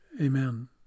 amen